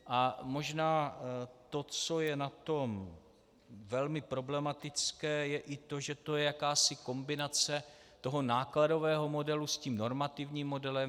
A možná to, co je na tom velmi problematické, je i to, že to je jakási kombinace nákladového modelu s normativním modelem.